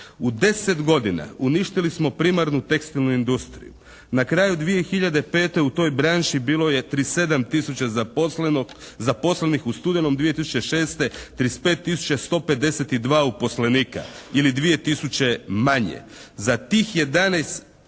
U 10 godina uništili smo primarnu tekstilnu industriju. Na kraju 2005. u toj branši bilo je 37 tisuća zaposlenih. U studenom 2006. 35 tisuća 152 uposlenika ili dvije tisuće manje. Za tih 11